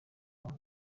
boo